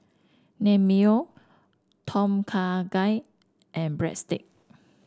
Naengmyeon Tom Kha Gai and Breadstick